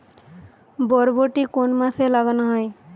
বরবটি কোন মাসে লাগানো হয়?